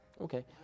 okay